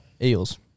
Eels